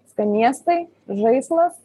skanėstai žaislas